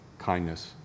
kindness